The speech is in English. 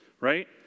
right